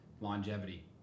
longevity